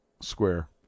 square